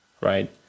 right